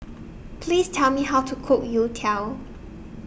Please Tell Me How to Cook Youtiao